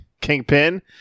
kingpin